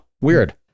Weird